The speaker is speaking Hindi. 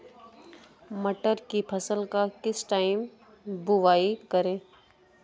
मटर की फसल का किस टाइम बुवाई करें?